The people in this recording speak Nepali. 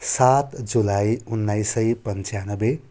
सात जुलाई उन्नाइस सय पन्चानब्बे